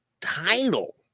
title